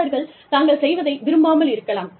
பணியாளர்கள் தாங்கள் செய்வதை விரும்பாமல் இருக்கலாம்